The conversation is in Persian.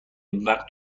وقت